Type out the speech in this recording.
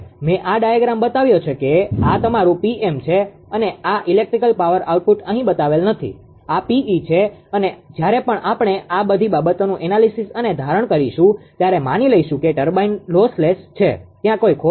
મેં આ ડાયાગ્રામ બતાવ્યો છે કે આ તમારું Pm છે અને આ ઇલેક્ટ્રિકલ પાવર આઉટપુટ અહીં બતાવેલ નથી આ 𝑃𝑒 છે અને જ્યારે પણ આપણે આ બધી બાબતોનું એનાલિસીસ અને ધારણ કરીશું ત્યારે માની લઈશું કે ટર્બાઇન લોસ લેસlosslessખોટ વગરનુ છે ત્યાં કોઈ ખોટ નથી